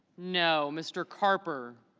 no. mr. carper